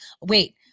Wait